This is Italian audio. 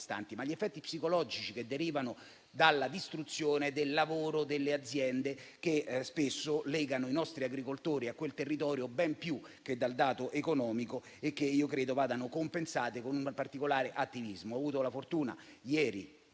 ma anche quelli psicologici che derivano dalla distruzione del lavoro delle aziende, che spesso legano i nostri agricoltori ai loro territori ben più del dato economico e che io credo vadano compensate con particolare attivismo. Ho avuto la fortuna ieri